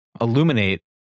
illuminate